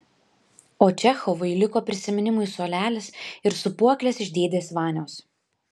o čechovui liko prisiminimui suolelis ir sūpuoklės iš dėdės vanios